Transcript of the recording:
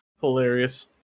hilarious